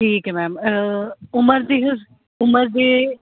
ਠੀਕ ਹੈ ਮੈਮ ਉਮਰ ਦੀ ਉਮਰ ਦੇ